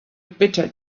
bitter